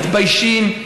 מתביישים,